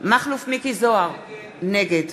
מכלוף מיקי זוהר, נגד